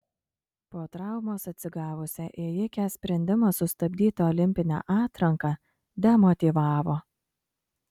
po traumos atsigavusią ėjikę sprendimas sustabdyti olimpinę atranką demotyvavo